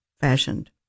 fashioned